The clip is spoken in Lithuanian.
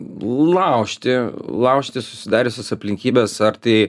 laužti laužti susidariusias aplinkybes ar tai